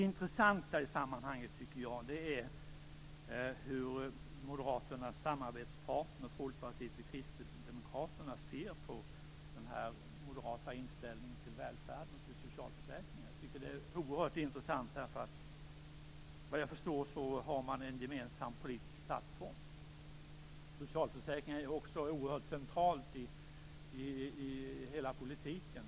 Det intressanta i sammanhanget, tycker jag, är hur Moderaternas samarbetspartner Folkpartiet och Kristdemokraterna ser på den moderata inställningen till välfärden och till socialförsäkringar. Det är oerhört intressant. Vad jag förstår har man en gemensam politisk plattform. Socialförsäkringen är också oerhört central i hela politiken.